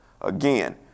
Again